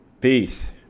Peace